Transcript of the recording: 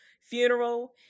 funeral